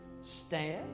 Stand